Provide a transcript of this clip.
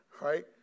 Right